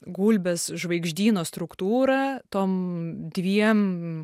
gulbės žvaigždyno struktūra tom dviem